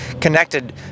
connected